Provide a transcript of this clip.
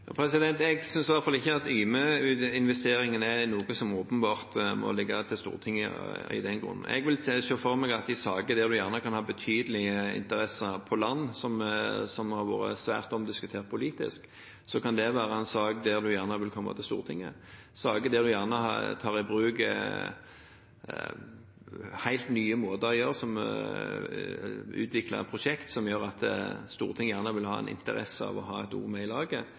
Jeg synes i hvert fall ikke at Yme-investeringen er noe som åpenbart må forelegges Stortinget av den grunn. Jeg vil se for meg at saker der man gjerne kan ha betydelige interesser på land, som har vært svært omdiskutert politisk, kan være saker der man gjerne vil komme til Stortinget. Saker der man tar i bruk helt nye måter å utvikle prosjekt på, som gjør at Stortinget vil ha interesse av å ha et